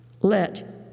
Let